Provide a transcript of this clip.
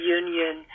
union